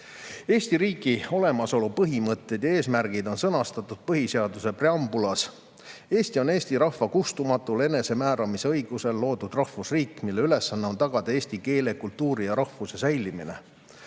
Eesti riigi olemasolu põhimõtted ja eesmärgid on sõnastatud põhiseaduse preambulis: Eesti on eesti rahva kustumatul enesemääramisõigusel loodud rahvusriik, mille ülesanne on tagada eesti keele, kultuuri ja rahvuse säilimine.